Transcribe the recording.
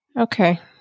Okay